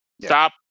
stop